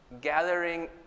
gathering